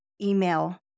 email